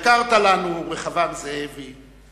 יקרת לנו, רחבעם זאבי,